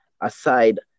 aside